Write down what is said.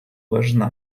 важна